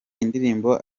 indirimbo